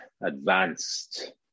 advanced